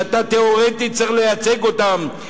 שאתה תיאורטית צריך לייצג אותן,